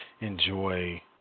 enjoy